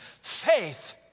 Faith